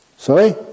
Sorry